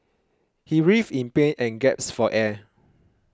he writhed in pain and gasped for air